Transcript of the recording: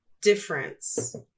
difference